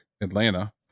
atlanta